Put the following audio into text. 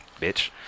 bitch